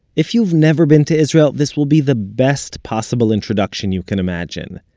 if you've never been to israel, this will be the best possible introduction you can imagine,